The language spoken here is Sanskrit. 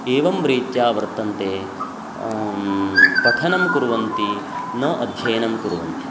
एवं रीत्या वर्तन्ते पठनं कुर्वन्ति न अध्ययनं कुर्वन्ति